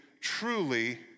truly